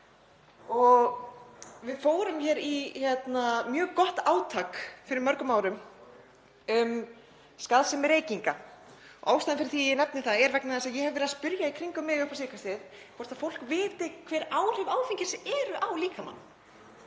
Við fórum í mjög gott átak fyrir mörgum árum um skaðsemi reykinga. Ástæðan fyrir því að ég nefni það er vegna þess að ég hef verið að spyrja í kringum mig upp á síðkastið hvort fólk viti hver áhrif áfengis eru á líkamann.